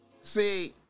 See